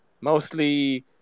mostly